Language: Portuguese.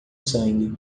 sangue